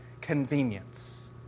convenience